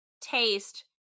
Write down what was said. taste